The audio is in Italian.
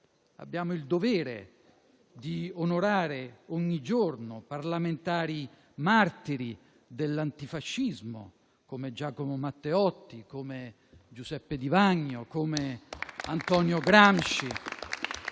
abbiamo il dovere di onorare ogni giorno parlamentari martiri dell'antifascismo, come Giacomo Matteotti, come Giuseppe Di Vagno, come Antonio Gramsci.